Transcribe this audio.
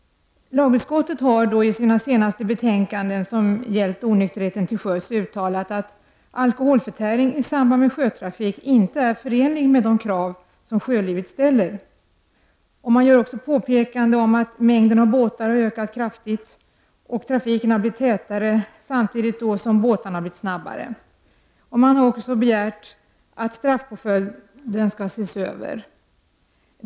Lagutskottet har i sina senaste betänkanden som gällt onykterheten till sjöss uttalat att alkoholförtäring i samband med sjötrafik inte är förenlig med de krav sjölivet ställer. Påpekande görs också om att mängden av båtar har ökat kraftigt och gjort trafiken allt tätare, samtidigt som båtarna blivit snabbare. Man har också begärt att straffpåföljderna skall ses över.